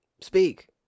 speak